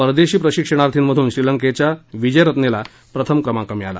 परदेशी प्रशिक्षणार्थीमधून श्रीलंकेच्या विजेरत्नेला प्रथम क्रमांक मिळाला